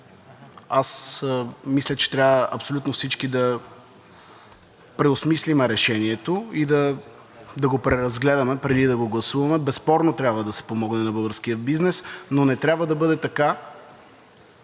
мисля, че трябва абсолютно всички да преосмислим решението и да го преразгледаме, преди да го гласуваме. Безспорно, трябва да се помогне на българския бизнес, но не трябва да бъде така,